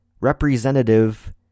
representative